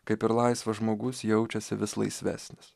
kaip ir laisvas žmogus jaučiasi vis laisvesnis